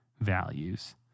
values